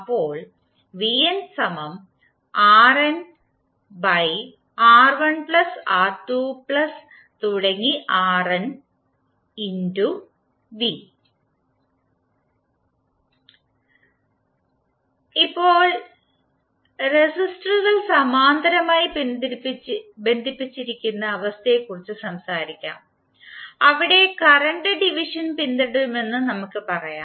അപ്പോൾ ഇപ്പോൾ റെസിസ്റ്ററുകൾ സമാന്തരമായി ബന്ധിപ്പിച്ചിരിക്കുന്ന അവസ്ഥയെക്കുറിച്ച് സംസാരിക്കാം അവിടെ നിലവിലെ ഡിവിഷൻ പിന്തുടരുമെന്ന് നമ്മുക്ക് പറയാം